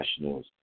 Nationals